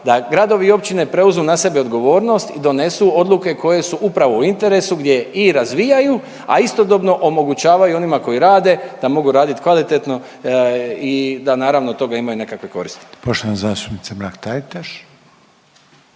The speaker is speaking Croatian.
da gradovi i općine preuzmu na sebe odgovornost i donesu odluke koje su upravo u interesu gdje i razvijaju, a istodobno omogućavaju onima koji rade da mogu radit kvalitetno i da naravno od toga imaju nekakve koristi. **Reiner, Željko